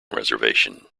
reservation